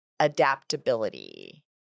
Adaptability